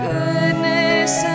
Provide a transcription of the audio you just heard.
Goodness